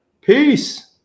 Peace